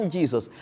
Jesus